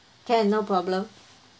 can no problem